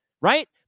right